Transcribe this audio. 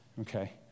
okay